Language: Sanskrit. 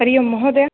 हरि ओम् महोदय